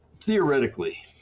theoretically